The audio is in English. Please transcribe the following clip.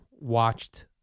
watched